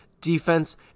defense